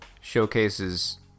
showcases